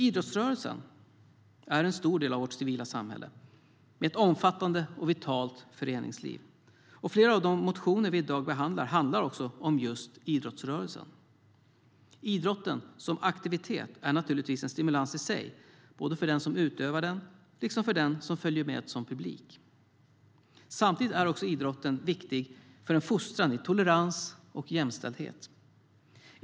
Idrottsrörelsen är en stor del av vårt civila samhälle med ett omfattande och vitalt föreningsliv. Flera av de motioner vi i dag behandlar handlar också om just idrottsrörelsen. Idrotten som aktivitet är naturligtvis en stimulans i sig för den som utövar den liksom för den som följer med som publik. Samtidigt är också idrotten viktig för en fostran i tolerans och jämställdhet.